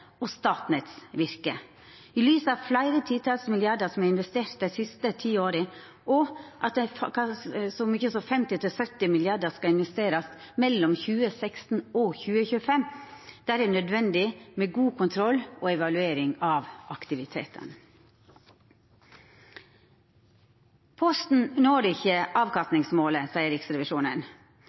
og Statsnetts virke. I lys av at fleire titals milliardar er investerte i dei siste ti åra, og at så mykje som 50–70 mrd. kr skal investerast mellom 2016 og 2025, er det nødvendig med god kontroll og evaluering av aktivitetane. Posten når ikkje avkastningsmålet, seier Riksrevisjonen.